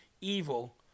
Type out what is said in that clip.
evil